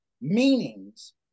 meanings